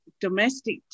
domestic